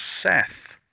Seth